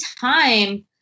time